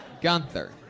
Gunther